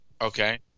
Okay